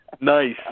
Nice